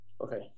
Okay